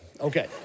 Okay